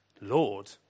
Lord